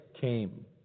came